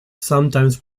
sometimes